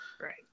Right